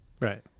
Right